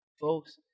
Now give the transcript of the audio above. folks